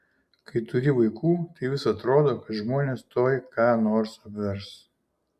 kai turi vaikų tai vis atrodo kad žmonės tuoj ką nors apvers